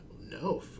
no